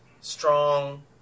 strong